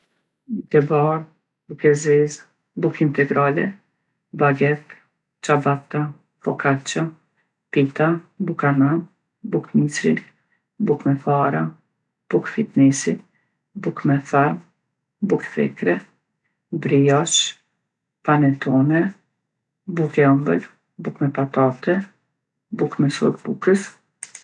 Bukë e bardhë, bukë e zezë, bukë integrale, baget, qabata, fokaqa, pita, buka nan, bukë misri, bukë me fara, bukë fitnesi, bukë me tharm, bukë thekre, briosh, panetone, bukë e ëmbël, bukë me patate, bukë me sodë t'bukës.